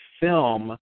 film